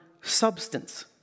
Substance